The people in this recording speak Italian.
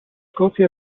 scozia